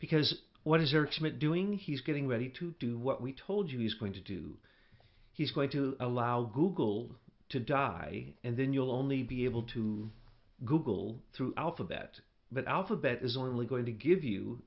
because what is urgent doing he's getting ready to do what we told you he's going to do he's going to allow google to die and then you'll only be able to google through alphabet but alphabet is only going to give you